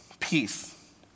Peace